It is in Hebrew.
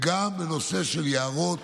גם בנושא של יערות,